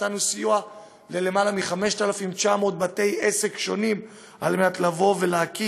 נתנו סיוע ליותר מ-5,900 בתי עסק שונים להקים